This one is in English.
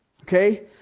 Okay